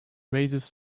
raises